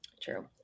True